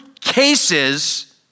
cases